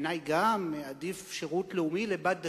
גם בעיני עדיף שירות לאומי לבת דתית,